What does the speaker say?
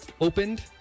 opened